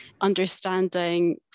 understanding